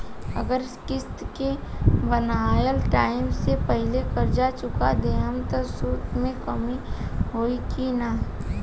अगर किश्त के बनहाएल टाइम से पहिले कर्जा चुका दहम त सूद मे कमी होई की ना?